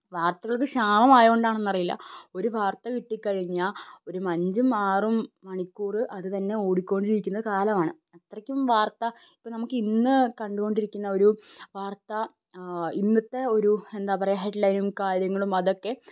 വാർത്തകള്ക്ക് ക്ഷാമം ആയതുകൊണ്ടാണോ എന്ന് അറിയില്ല ഒരു വാർത്ത കിട്ടിക്കഴിഞ്ഞാൽ ഒരു അഞ്ചും ആറും മണിക്കൂർ അത് തന്നെ ഓടിക്കൊണ്ടിരിക്കുന്ന കാലമാണ് അത്രയ്ക്കും വാർത്ത ഇപ്പം നമുക്ക് ഇന്ന് കണ്ടുകൊണ്ടിരിക്കുന്ന ഒരു വാർത്ത ഇന്നത്തെ ഒരു എന്താണ് പറയുക ഹെഡ് ലൈനും കാര്യങ്ങളും അതൊക്കെ